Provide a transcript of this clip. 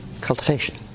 cultivation